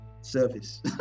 service